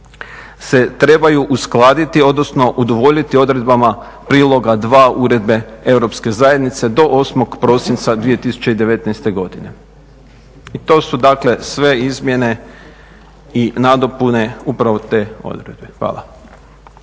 se trebaju uskladiti, odnosno udovoljiti odredbama priloga dva Uredbe Europske zajednice do 8. prosinca 2019. godine. I to su, dakle sve izmjene i nadopune upravo te odredbe. Hvala.